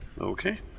Okay